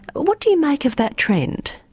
what do you make of that trend?